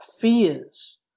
fears